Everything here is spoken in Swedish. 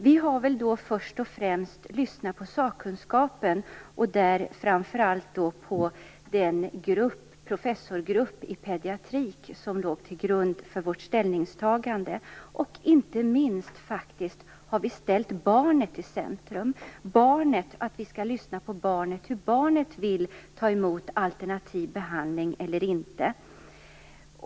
Vi har först och främst lyssnat på sakkunskapen, framför allt på den grupp av professorer i pediatrik som lade grunden för vårt ställningstagande. Inte minst har vi ställt barnet i centrum. Vi vill att man skall lyssna på barnet, om barnet vill ta emot alternativ behandling eller inte.